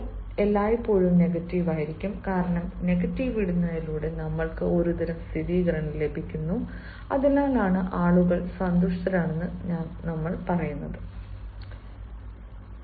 tag എല്ലായ്പ്പോഴും negative ആയിരിക്കും കാരണം നെഗറ്റീവ് ഇടുന്നതിലൂടെ നമ്മൾ ക്ക് ഒരുതരം സ്ഥിരീകരണം ലഭിക്കുന്നു അതിനാലാണ് ആളുകൾ സന്തുഷ്ടരാണെന്ന് നമ്മൾ പറയുന്നത് അല്ലേ